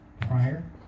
prior